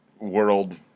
world